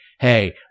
Hey